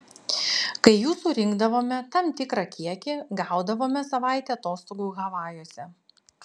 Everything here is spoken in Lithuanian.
kai jų surinkdavome tam tikrą kiekį gaudavome savaitę atostogų havajuose